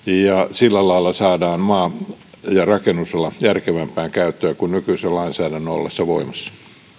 sillä lailla saadaan maa ja rakennusala järkevämpään käyttöön kuin nykyisen lainsäädännön ollessa voimassa